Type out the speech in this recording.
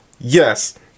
yes